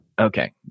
Okay